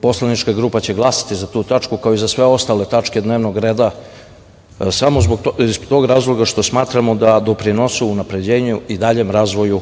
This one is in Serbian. poslanička grupa će glasati za tu tačku, kao i za sve ostale tačke dnevnog reda samo iz tog razloga što smatramo da doprinosu unapređenju i daljem razvoju